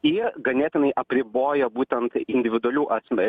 jie ganėtinai apriboja būtent individualių asme